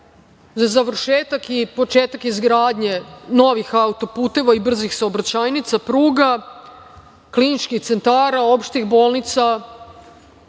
za završetak i početak izgradnje novih auto-puteva i brzih saobraćajnica, pruga, kliničkih centara, opštih bolnica,